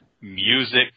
music